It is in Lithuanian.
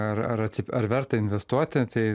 ar ar ar verta investuoti tai